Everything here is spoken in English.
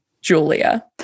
Julia